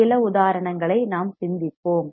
சில உதாரணங்களை நாம் சிந்திப்போம்